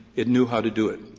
it knew how to do it.